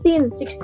16